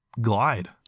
glide